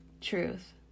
Truth